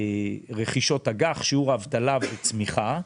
רכישות אג"ח, שיעור אבטלה וצמיחה.